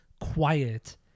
quiet